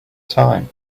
time